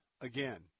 again